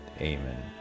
amen